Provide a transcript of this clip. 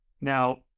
Now